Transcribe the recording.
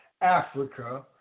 Africa